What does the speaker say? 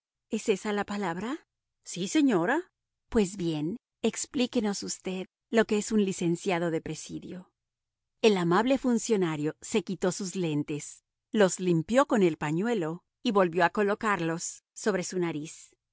es ésa la palabra sí señora pues bien explíquenos usted lo que es un licenciado de presidio el amable funcionario se quitó sus lentes los limpió con el pañuelo y volvió a colocarlos sobre su nariz